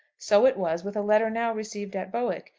so it was with a letter now received at bowick,